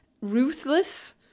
Ruthless